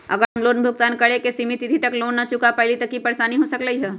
अगर हम लोन भुगतान करे के सिमित तिथि तक लोन न चुका पईली त की की परेशानी हो सकलई ह?